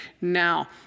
Now